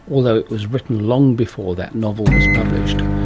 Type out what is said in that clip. although it was written long before that novel was published.